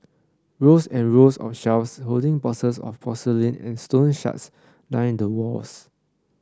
rows and rows of shelves holding boxes of porcelain and stone shards line the walls